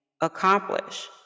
accomplish